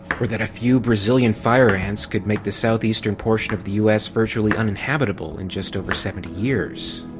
or that a few brazillian fire ants could make the southeastern portion of the u s. virtually uninhabitable in just over seventy years?